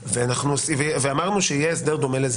נשק, ואמרנו שיהיה הסדר לזה.